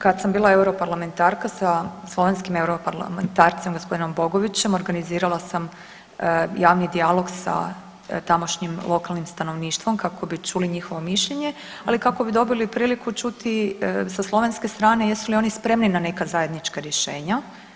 Kad sam bila europarlamentarka sa slovenskim europarlamentarcem gosp. Bogovićem organizirala sam javni dijalog sa tamošnjim lokalnim stanovništvom kako bi čuli njihovo mišljenje, ali kako bi dobili priliku čuti i sa slovenske strane jesu li oni spremni na neka zajednička rješenja.